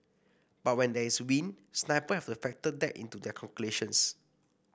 but when there is wind sniper have to factor that into their calculations